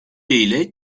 ile